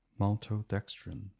Maltodextrin